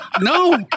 No